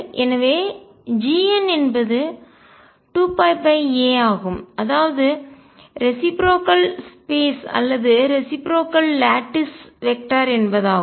எனவே Gn என்பது 2πa ஆகும் அதாவது ரெசிப்ரோக்கல் ஒத்திருக்கிற ஸ்பேஸ் இடம் அல்லது ரெசிப்ரோக்கல் ஒத்திருக்கிற லட்டிஸ் வெக்டர் திசையன்கள் என்பதாகும்